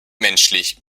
menschlich